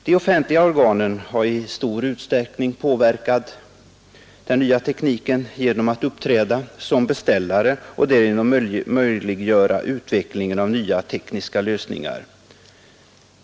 De offentliga organen har i stor utsträckning påverkat den nya tekniken genom att uppträda som beställare och därigenom möjliggöra utvecklingen av nya tekniska lösningar.